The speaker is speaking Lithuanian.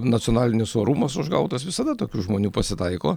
nacionalinis orumas užgautas visada tokių žmonių pasitaiko